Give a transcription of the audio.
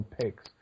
picks